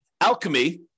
alchemy